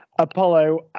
Apollo